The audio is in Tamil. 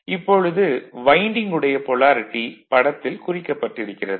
இப்பொழுது வைண்டிங் உடைய பொலாரிட்டி படத்தில் குறிக்கப்பட்டிருக்கிறது